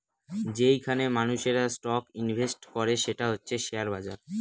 যেইখানে মানুষেরা stock invest করে সেটা হচ্ছে শেয়ার বাজার